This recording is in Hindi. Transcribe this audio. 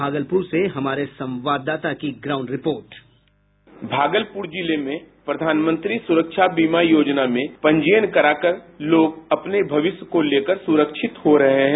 भागलपूर से हमारे संवाददाता की ग्राउंड रिपोर्ट भागलपुर जिले में प्रधानमंत्री सुरक्षा बीमा योजना में पंजीयन कराकर लोग अपने भविष्य को लेकर सुरक्षित हो रहे हैं